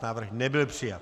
Návrh nebyl přijat.